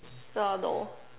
uh no